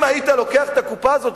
אם היית לוקח את הקופה הזאת,